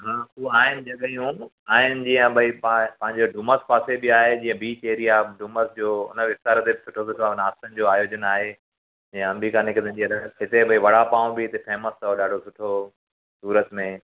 उहे आहिनि जॻहयूं आहिनि जीअं भाई पा पांजे डुमस पासे बि आहे जीअं बिच एरिया डुमस जो उन विस्तार ते बि सुठो सुठा नाश्तनि जो आयोजन आहे ऐं अम्बिका नगर में बि अलॻि हिते भई वड़ापांव बि फ़ेमस अथव ॾाढो सुठो सूरत में